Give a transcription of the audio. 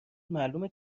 معلومه